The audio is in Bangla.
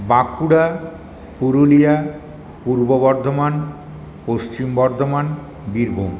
বাঁকুড়া পুরুলিয়া পূর্ব বর্ধমান পশ্চিম বর্ধমান বীরভূম